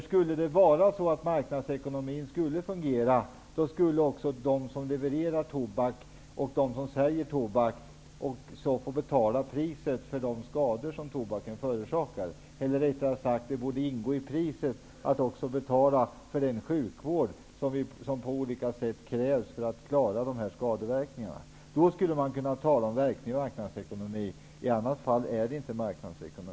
Skulle det vara så att marknadsekonomin fungerade, skulle också de som levererar och säljer tobak få betala den sjukvård som på olika sätt krävs för att klara de skador som tobaken förorsakar. Då skulle man kunna tala om verklig marknadsekonomi -- i annat fall är det inte marknadsekonomi.